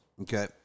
okay